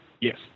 Yes